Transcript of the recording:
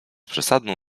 przesadną